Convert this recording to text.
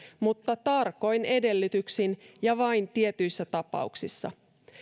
mutta tarkoin edellytyksin ja vain tietyissä tapauksissa